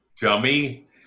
dummy